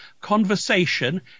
conversation